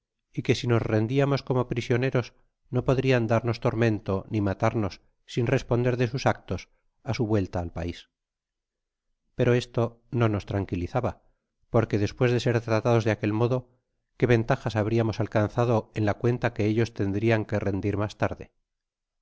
y que si nos rendiamos como prisioneros no podrian darnos tormento ni matarnos sin responder dé sus actos á su vuelta al pais pero esto no nos tranquilizaba porque despues de ser tratados de aquel modo qué ventajas habriamos alcanzado en la cuenta que ellos tendrian que rendir mas tarde